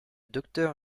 docteur